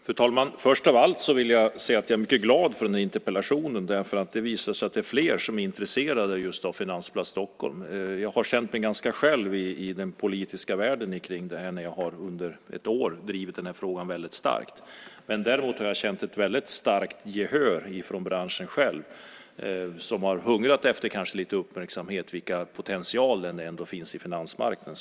Fru talman! Först av allt vill jag säga att jag är mycket glad för den här interpellationen, därför att det visar sig att det är fler som är intresserade just av Finansplats Stockholm. Jag har känt mig ganska ensam i den politiska världen när jag under ett år har drivit den här frågan väldigt starkt. Däremot har jag känt ett väldigt starkt gehör från branschen själv som kanske har hungrat efter lite uppmärksamhet för vilken potential som ändå finns i finansmarknaden.